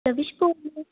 ਲਵਿਸ਼ ਬੋਲਦਾ ਹੈ